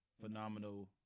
phenomenal